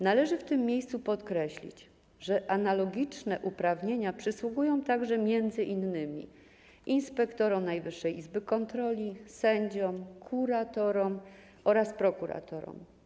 Należy w tym miejscu podkreślić, że analogiczne uprawnienia przysługują także m.in. inspektorom Najwyższej Izby Kontroli, sędziom, kuratorom oraz prokuratorom.